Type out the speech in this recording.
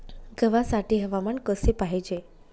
गव्हासाठी हवामान कसे पाहिजे?